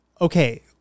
okay